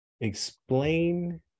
explain